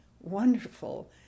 wonderful